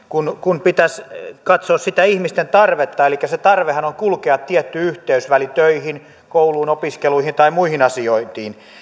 kun kun pitäisi katsoa sitä ihmisten tarvetta elikkä tarvehan on kulkea tietty yhteysväli töihin kouluun opiskeluihin tai muihin asiointiin